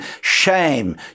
shame